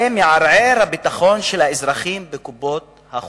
זה מערער את הביטחון של האזרחים בקופות-החולים.